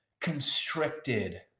constricted